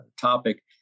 topic